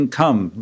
come